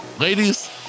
Ladies